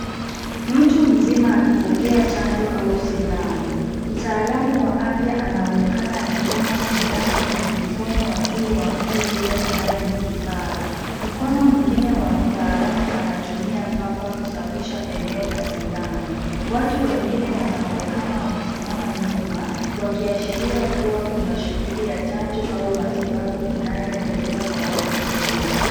Mtu mzima akipokea chanjo au sindano. Mtaalamu wa afya anaonekana akichoma sindano kwenye mkononi wa juu wa mtu huyo ambaye ni kipara. Mkono mwingine wa mtaalamu anatumia pamba kusafisha eneo la sindano. Watu wengine wanaonekana wamesimama nyuma wakiashiria kuwa Kuna shughuli ya chanjo au matibabu inayoendelea kwa watu wengi.